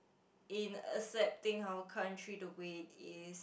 in accepting our country the way it is